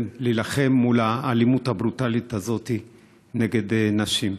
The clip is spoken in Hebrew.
להילחם מול האלימות הברוטלית הזאת נגד נשים.